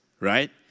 Right